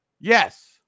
Yes